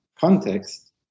context